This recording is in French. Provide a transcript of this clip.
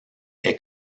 est